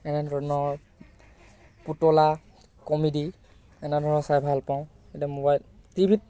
এনে ধৰণৰ পুতলা কমেডি এনে ধৰণৰ চাই ভাল পাওঁ এতিয়া ম'বাইল টিভিত